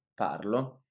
Parlo